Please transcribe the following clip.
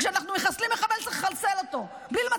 וכשאנחנו מחסלים מחבל צריך לחסל אותו בלי למצמץ.